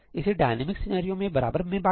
इसे dynamic scenario में बराबर में बांटे